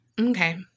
Okay